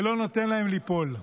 ולא נותן להם ליפול.